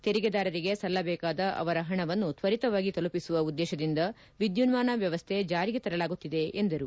ತೆರಿಗೆದಾರರಿಗೆ ಸಲ್ಲಬೇಕಾದ ಅವರ ಹಣವನ್ನು ತ್ವರಿತವಾಗಿ ತಲುಪಿಸುವ ಉದ್ದೇತದಿಂದ ವಿದ್ಯುನ್ನಾನ ವ್ಣವಸ್ಟೆ ಜಾರಿಗೆ ತರಲಾಗುತ್ತಿದೆ ಎಂದರು